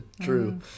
True